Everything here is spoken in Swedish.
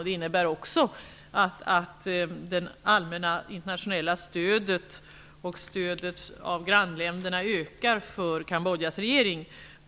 Det innebär också att det allmänna internationella stödet och grannländernas stöd för Kambodjas regering ökar.